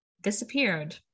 disappeared